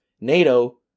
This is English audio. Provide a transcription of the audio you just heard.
NATO